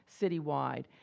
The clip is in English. citywide